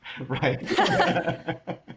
Right